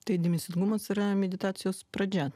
tai dėmesingumas yra meditacijos pradžia